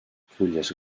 fulles